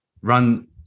run